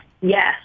Yes